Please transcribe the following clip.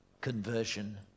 conversion